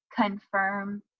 confirm